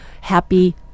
happy